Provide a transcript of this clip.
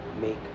make